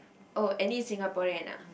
oh any Singaporean ah